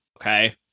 okay